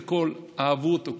אהבו אותו,